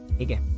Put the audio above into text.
okay